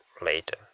later